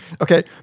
Okay